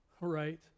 right